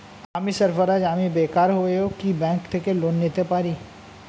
আমি সার্ফারাজ, আমি বেকার হয়েও কি ব্যঙ্ক থেকে লোন নিতে পারি?